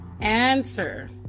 answer